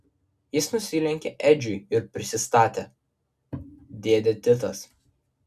jis nusilenkė edžiui ir prisistatė dėdė titas